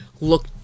look